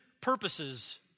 purposes